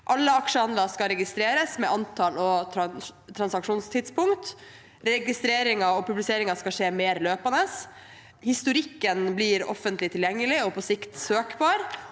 Alle aksjehandler skal registreres med antall og transaksjonstidspunkt, registreringen og publiseringen skal skje mer løpende, og historikken blir offentlig tilgjengelig og på sikt søkbar.